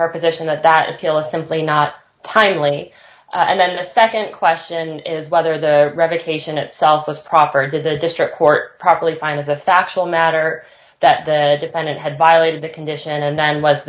high position that that kill is simply not timely and then the nd question is whether the revocation itself was proper to the district court probably fine as a factual matter that the defendant had violated the condition and then was